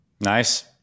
Nice